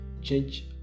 change